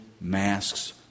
masks